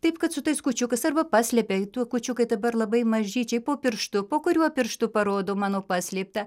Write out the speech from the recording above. taip kad su tais kūčiukais arba paslėpei tuo kūčiukai dabar labai mažyčiai po pirštu po kuriuo pirštu parodo mano paslėptą